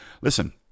listen